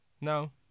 no